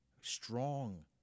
strong